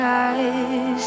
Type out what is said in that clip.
eyes